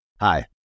Hi